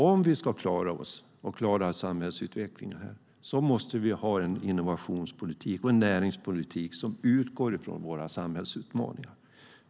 Om vi ska klara samhällsutvecklingen måste det finnas en innovationspolitik och näringspolitik som utgår från våra samhällsutmaningar.